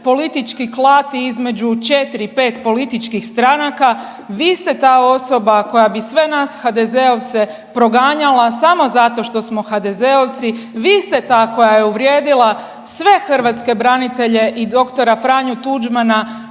politički klati između 4, 5 političkih stranaka, vi ste ta osoba koja bi sve nas HDZ-ovce proganjala samo zato što smo HDZ-ovci. Vi ste ta koja je uvrijedila sve hrvatske branitelje i dr. Franju Tuđmana